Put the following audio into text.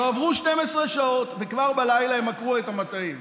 לא עברו 12 שעות וכבר בלילה הם עקרו את המטעים.